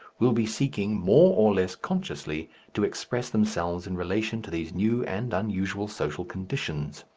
will be seeking more or less consciously to express themselves in relation to these new and unusual social conditions.